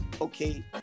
okay